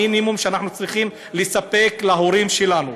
המינימום שאנחנו צריכים לספק להורים שלנו,